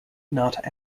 not